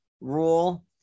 rule